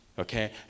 Okay